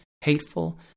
hateful